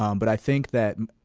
um but i think that,